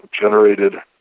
generated